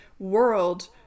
World